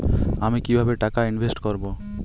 আমি কিভাবে টাকা ইনভেস্ট করব?